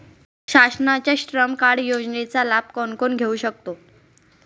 शासनाच्या श्रम कार्ड योजनेचा लाभ कोण कोण घेऊ शकतो?